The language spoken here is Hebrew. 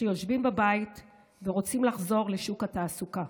שיושבים בבית ורוצים לחזור לשוק התעסוקה.